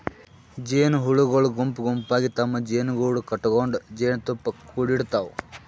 ಜೇನಹುಳಗೊಳ್ ಗುಂಪ್ ಗುಂಪಾಗಿ ತಮ್ಮ್ ಜೇನುಗೂಡು ಕಟಗೊಂಡ್ ಜೇನ್ತುಪ್ಪಾ ಕುಡಿಡ್ತಾವ್